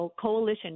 coalition